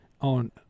on